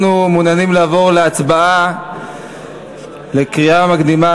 אנחנו מעוניינים לעבור להצבעה בקריאה מקדימה